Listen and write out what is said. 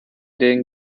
den